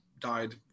died